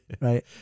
Right